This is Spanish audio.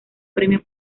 premio